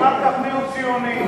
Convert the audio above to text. אחר כך מיהו ציוני.